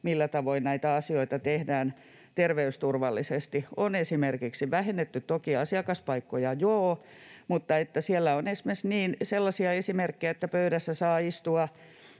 millä tavoin näitä asioita tehdään terveysturvallisesti. On esimerkiksi vähennetty toki asiakaspaikkoja, joo, mutta siellä on esimerkiksi sellaisia esimerkkejä, että pöydässä saa istua